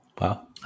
Wow